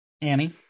annie